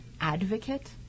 advocate